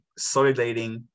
solidating